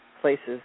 places